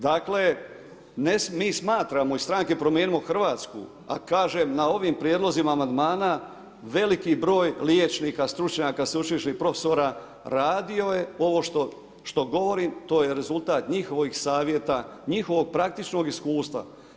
Dakle, mi smatramo iz stranke Promijenimo Hrvatsku, a kažem na ovim prijedlozima amandmana veliki br. liječnika, stručnjaka, sveučilišnih profesora, radio je ovo što govorim, to je rezultat njihovih savjeta, njihovog praktičkog iskustva.